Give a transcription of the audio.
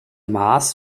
mars